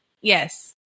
Yes